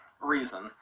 reason